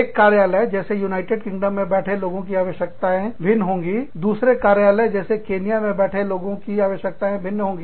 एक कार्यालय जैसे यूनाइटेड किंगडम में बैठे लोगों की आवश्यकताएं भिन्न होगी दूसरे कार्यालय जैसे केनिया में बैठे लोगों की आवश्यकताएं भिन्न होगी